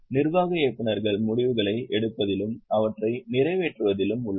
நிர்வாக இயக்குநர்கள் முடிவுகளை எடுப்பதிலும் அவற்றை நிறைவேற்றுவதிலும் உள்ளனர்